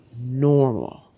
normal